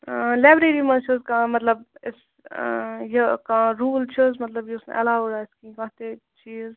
library منٛز چھِ حظ کانٛہہ مَطلَب یُس یہِ کانٛہہ روٗل چھَ حظ مَطلب یُس نہٕ ایلاوڈ آسہِ کِہِنۍ کانٛہہ تہِ چیٖز